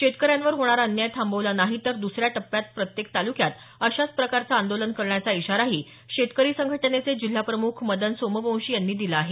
शेतकऱ्यांवर होणारा अन्याय थांबवला नाही तर दुसऱ्या टप्प्यात प्रत्येक तालुक्यात अशाच प्रकारचं आंदोलन करण्याचा इशाराही शेतकरी संघटनेचे जिल्हा प्रमुख मदन सोमवंशी यांनी दिला आहे